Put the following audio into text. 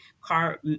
car